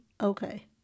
Okay